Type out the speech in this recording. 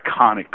iconic